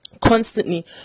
constantly